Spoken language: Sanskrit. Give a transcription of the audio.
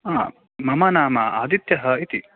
आम् मम नाम आदित्यः इति